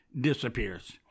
disappears